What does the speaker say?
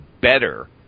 better